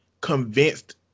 convinced